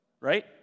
right